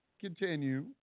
Continue